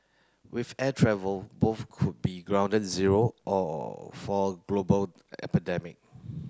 with air travel both could be grounded zero all for a global epidemic